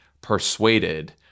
persuaded –